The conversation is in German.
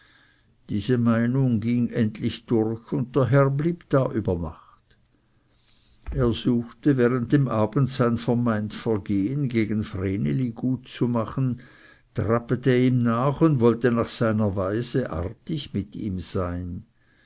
diese meinung ging endlich durch und der herr blieb da über nacht er suchte während dem abend sein vermeint vergehen gegen vreneli gut zu machen trappete ihm nach und wollte nach seiner weise artig mit ihm sein